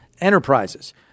Enterprises